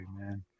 man